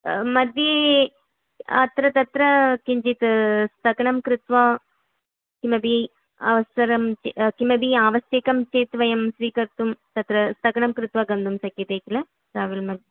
मध्ये अत्र तत्र किञ्चित् स्थगनं कृत्वा किमपि अवसरं किमपि आवश्यकं चेत् वयं स्वीकर्तुं तत्र स्थगनं कृत्वा गन्तुं शक्यते किल ट्रावेल् मद्